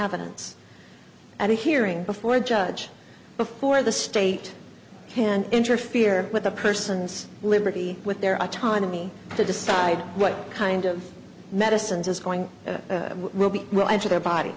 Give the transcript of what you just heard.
evidence at a hearing before a judge before the state can interfere with a person's liberty with their autonomy to decide what kind of medicines is going will be well